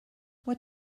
what